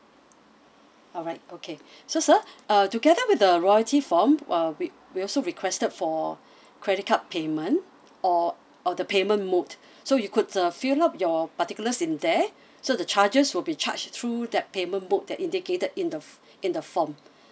alright okay so sir uh together with the royalty form uh we we also requested for credit card payment or or the payment mode so you could uh fill up your particulars in there so the charges will be charged through that payment mode that indicated in the in the form